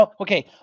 okay